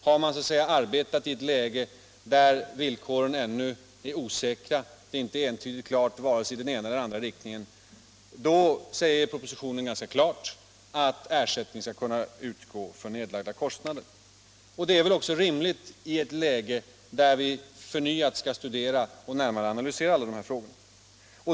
Har man arbetat i ett läge där villkoren inte varit entydiga vare sig i den ena eller den andra riktningen, utsägs ganska klart i propositionen att ersättning skall kunna utgå för nedlagda kostnader. Detta är helt rimligt i ett läge, där vi förnyat skall studera och närmare analysera de här frågorna.